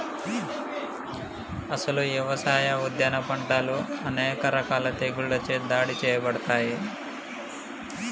అసలు యవసాయ, ఉద్యాన పంటలు అనేక రకాల తెగుళ్ళచే దాడి సేయబడతాయి